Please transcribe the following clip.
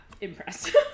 impressed